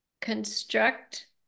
construct